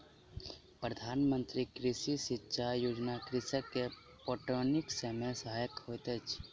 प्रधान मंत्री कृषि सिचाई योजना कृषक के पटौनीक समय सहायक होइत अछि